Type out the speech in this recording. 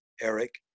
Eric